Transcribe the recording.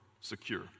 secure